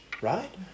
Right